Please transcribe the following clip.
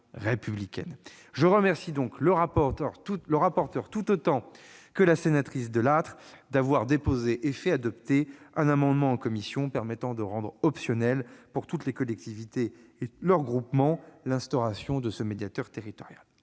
Je remercie donc le rapporteur, tout autant que Mme Delattre, d'avoir déposé et fait adopter un amendement en commission tendant à rendre optionnelle, pour toutes les collectivités et leurs groupements, l'instauration de ce médiateur territorial.